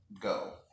go